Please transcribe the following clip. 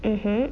mmhmm